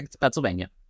Pennsylvania